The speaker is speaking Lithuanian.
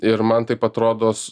ir man taip pat rodos